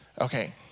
Okay